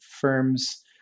firms